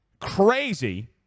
crazy